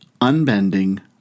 Unbending